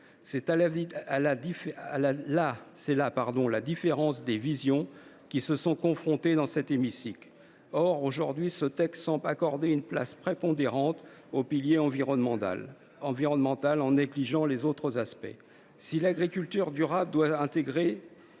C’est là la différence des visions qui se sont confrontées dans cet hémicycle. Or, aujourd’hui, ce texte semble accorder une place prépondérante au pilier environnemental en négligeant les autres aspects. Si l’agriculture durable doit intégrer